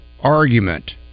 argument